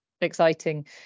exciting